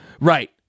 Right